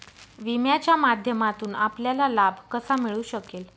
विम्याच्या माध्यमातून आपल्याला लाभ कसा मिळू शकेल?